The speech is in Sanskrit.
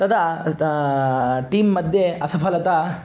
तदा टीम्मध्ये असफलता